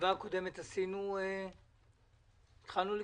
בישיבה הקודמת התחלנו לקרוא?